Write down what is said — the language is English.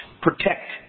protect